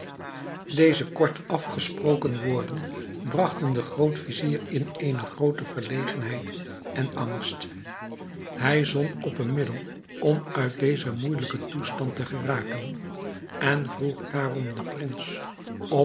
deze kortaf gesproken woorden bragten den groot-vizier in eene groote verlegenheid en angst hij zon op een middel om uit dezen moeijelijken toestand te geraken en vroeg daarom den prins